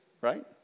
right